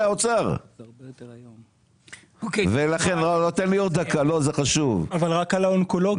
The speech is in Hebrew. אבל רק על האונקולוגי.